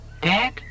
Dead